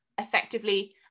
effectively